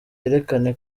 yerekane